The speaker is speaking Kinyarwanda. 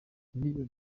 miliyoni